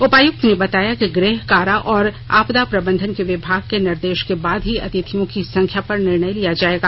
उपायुक्त ने बताया कि गृह कारा और आपदा प्रबंधन के विभाग के निर्देश के बाद ही अतिथियों की संख्या पर निर्णय लिया जायेगा